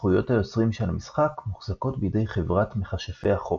זכויות היוצרים של המשחק מוחזקות בידי חברת מכשפי החוף.